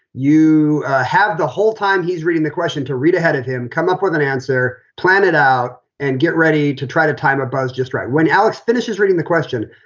you have the whole time he's reading the question to read ahead of him. come up with an answer, plan it out and get ready to try to time a buzz just right when alex finishes reading the question.